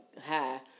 high